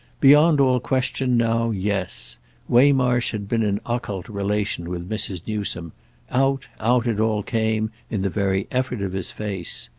beyond all question now, yes waymarsh had been in occult relation with mrs. newsome out, out it all came in the very effort of his face.